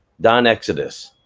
donexodus,